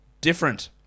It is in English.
Different